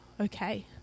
Okay